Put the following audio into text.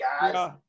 guys